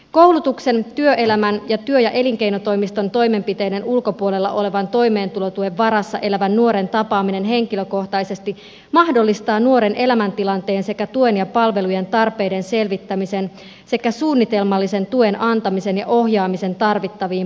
koulutuksen työelämän ja työ ja elinkeinotoimiston toimenpiteiden ulkopuolella olevan toimeentulotuen varassa elävän nuoren tapaaminen henkilökohtaisesti mahdollistaa nuoren elämäntilanteen sekä tuen ja palvelujen tarpeiden selvittämisen sekä suunnitelmallisen tuen antamisen ja ohjaamisen tarvittaviin palveluihin